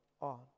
on